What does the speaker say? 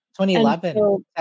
2011